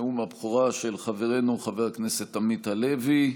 נאום הבכורה של חברנו חבר הכנסת עמית הלוי.